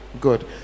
good